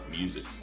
music